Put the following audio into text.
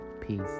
Peace